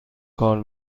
کار